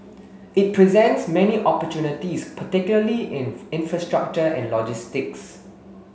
it presents many opportunities particularly in infrastructure and logistics